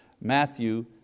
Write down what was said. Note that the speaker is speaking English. Matthew